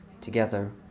together